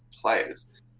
players